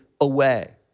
away